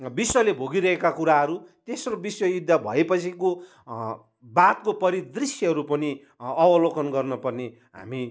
विश्वले भोगिरहेका कुराहरू तेस्रो विश्वयुद्ध भएपछिको बादको परिदृश्यहरू पनि अवलोकन गर्नुपर्ने हामी